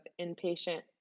inpatient